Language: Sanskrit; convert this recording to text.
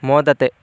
मोदते